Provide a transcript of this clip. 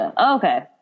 okay